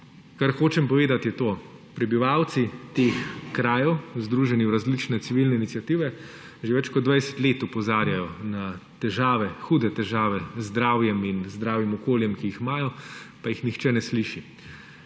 Kar hočem povedati, je to: prebivalci teh krajev, združeni v različne civilne iniciative, že več kot 20 let opozarjajo na težave, hude težave z zdravjem in zdravim okoljem, ki jih imajo, pa jih nihče ne sliši.